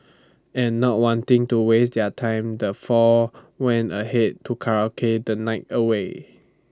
and not wanting to waste their time the four went ahead to karaoke the night away